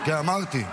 אמרתי.